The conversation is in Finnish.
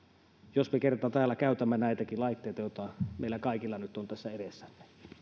jos me kerran täällä käytämme näitäkin laitteita joita meillä kaikilla nyt on tässä edessämme